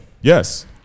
Yes